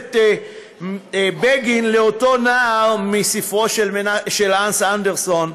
הכנסת בגין לאותו נער מספרו של הנס אנדרסן,